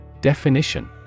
Definition